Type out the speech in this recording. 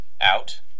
out